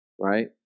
right